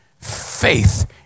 faith